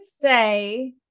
say